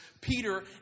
Peter